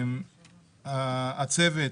הצוות